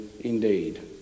indeed